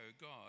God